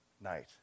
night